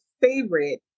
favorite